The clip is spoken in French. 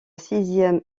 sixième